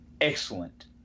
excellent